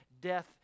Death